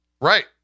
Right